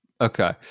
Okay